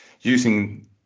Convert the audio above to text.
using